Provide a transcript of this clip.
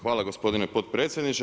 Hvala gospodine potpredsjedniče.